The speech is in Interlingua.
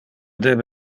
debe